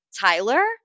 Tyler